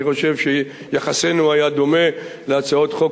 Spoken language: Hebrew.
אני חושב שיחסנו היה דומה להצעות חוק